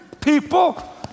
people